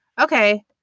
Okay